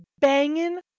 banging